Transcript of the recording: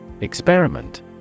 Experiment